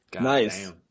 Nice